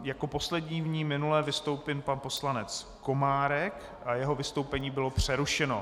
Jako poslední v ní minule vystoupil pan poslanec Komárek a jeho vystoupení bylo přerušeno.